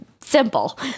simple